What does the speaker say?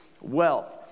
wealth